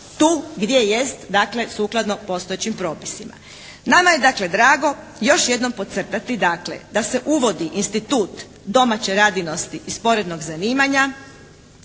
tu gdje jest dakle sukladno postojećim propisima. Nama je dakle drago još jednom podcrtati dakle da se uvodi institut domaće radinosti i sporednog zanimanja,